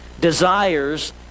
desires